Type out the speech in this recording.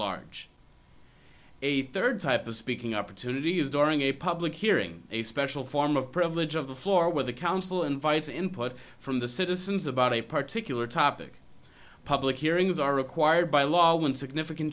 large a third type of speaking opportunity is during a public hearing a special form of privilege of the floor where the council invites input from the citizens about a particular topic public hearings are required by law when significant